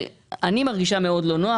אני מרגישה מאוד לא נוח